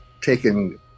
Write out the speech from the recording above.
taken